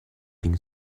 been